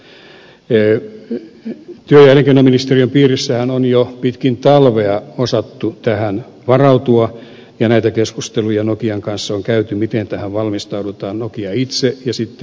työ ja elinkeinoministeriön piirissähän on jo pitkin talvea osattu tähän varautua ja näitä keskusteluja nokian kanssa on käyty miten tähän valmistautuu nokia itse ja sitten yhteiskunta